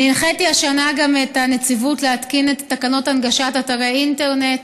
הנחיתי השנה גם את הנציבות להתקין את תקנות הנגשת אתרי האינטרנט,